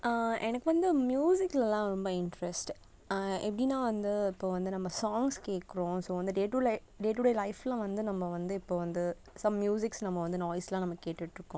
எனக்கு வந்து மியூசிக்லெலாம் ரொம்ப இன்ட்ரெஸ்ட் எப்படின்னா வந்து இப்போ வந்து நம்ம சாங்ஸ் கேட்குறோம் ஸோ வந்து டே டூ லை டே டு டே லைஃபில் வந்து நம்ம வந்து இப்ப வந்து சம் ம்யூசிக்ஸ் நம்ம வந்து நாய்ஸெலாம் நம்ம கேட்டுகிட்ருக்கோம்